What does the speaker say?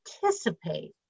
participate